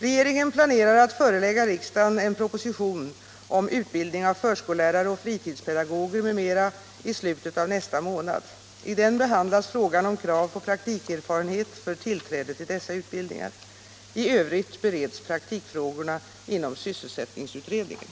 Regeringen planerar att förelägga riksdagen en proposition om utbildning av förskollärare och fritidspedagoger m.m. i slutet av nästa månad. I den behandlas frågan om krav på praktikerfarenhet för tillträde till dessa utbildningar. I övrigt bereds praktikfrågorna inom sysselsättningsutredningen.